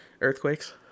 earthquakes